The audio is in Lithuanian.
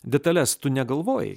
detales tu negalvojai